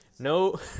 No